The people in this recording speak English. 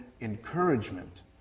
encouragement